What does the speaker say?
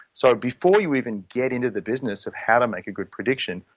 so before you even get into the business of how to make a good prediction,